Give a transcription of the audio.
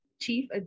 Chief